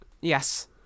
Yes